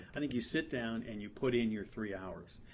i think you sit down and you put in your three hours.